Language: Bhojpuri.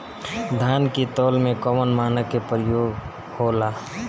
धान के तौल में कवन मानक के प्रयोग हो ला?